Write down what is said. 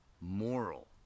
moral